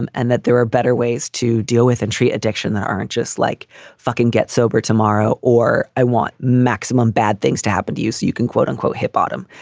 and and that there are better ways to deal with and treat addiction that aren't just like fucking get sober tomorrow or i want maximum bad things to happen to you so you can quote unquote hit bottom.